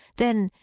then,